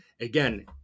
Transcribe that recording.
Again